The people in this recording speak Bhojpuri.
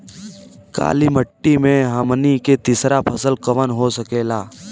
काली मिट्टी में हमनी के तीसरा फसल कवन हो सकेला?